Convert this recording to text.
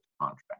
contract